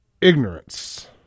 ignorance